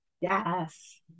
Yes